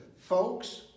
folks